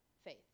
Faith